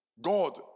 God